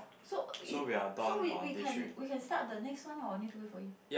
so is so we we can we can start the next one or need to wait for him